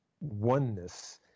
oneness